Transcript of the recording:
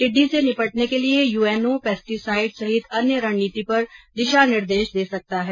टिड्डी से निपटने के लिए यूएनओ पेस्टीसाइड सहित अन्य रणनीति पर दिशा निर्देश दे सकता है